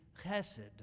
chesed